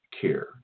care